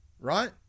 right